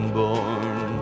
born